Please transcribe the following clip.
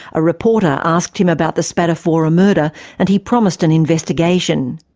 a reporter asked him about the spadafora murder and he promised an investigation.